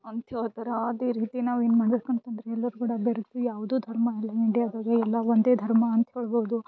ಅಂತೇಳ್ತಾರೆ ಅದೇ ರೀತಿ ನಾವು ಏನು ಮಾಡ್ಬೇಕು ಅಂತಂದರೆ ಎಲ್ಲರ ಕೂಡ ಬೆರೆತು ಯಾವುದು ಧರ್ಮ ಇಲ್ಲ ಇಂಡಿಯಾದಾಗೆ ಎಲ್ಲ ಒಂದೇ ಧರ್ಮ ಅಂತೇಳ್ಬೌದು